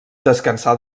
descansar